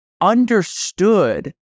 understood